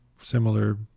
similar